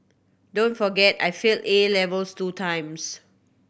don't forget I failed A levels two times